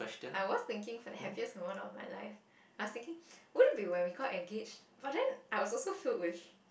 I was thinking for the happiest moment of my life I was thinking would've been when got engage but then I was also filled with